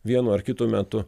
vienu ar kitu metu